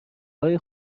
های